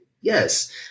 Yes